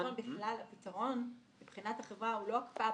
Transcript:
בחשבון הפתרון מבחינת החברה הוא לא הקפאה,